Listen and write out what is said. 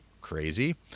crazy